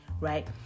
right